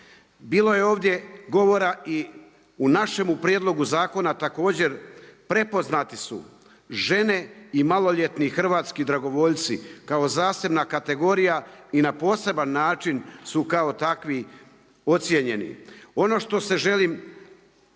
Bilo je ovdje govora i u našemu prijedlogu zakona također prepoznati su žene i maloljetni hrvatski dragovoljci kao zasebna kategorija i na poseban način su kao takvi ocjenjeni. Ono što se želim posebno